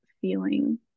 feeling